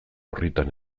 orritan